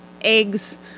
eggs